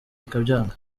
akabyanga